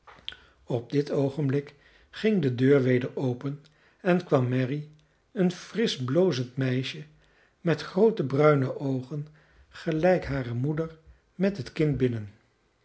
op dit oogenblik ging de deur weder open en kwam mary een frisch blozend meisje met groote bruine oogen gelijk hare moeder met het kind binnen